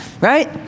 right